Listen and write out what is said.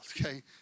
okay